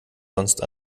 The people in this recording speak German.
sonst